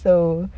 so